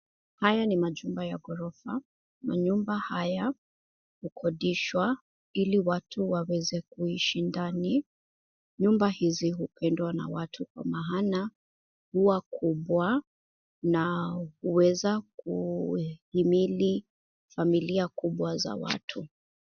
Haya ni manyumba ya ghorofa. Manyumba haya hukodishwa ili watu waweze kuishi ndani. Nyumba hizi hupendwa na watu kwa maana huwa kubwa na huweza kuhimili familia kubwa za watu.